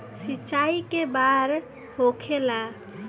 सिंचाई के बार होखेला?